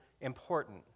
important